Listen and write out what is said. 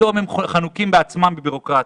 ופתאום הם חנוקים בעצמם בבירוקרטיה.